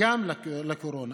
גם לקורונה.